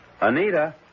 Anita